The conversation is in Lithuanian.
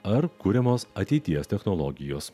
ar kuriamos ateities technologijos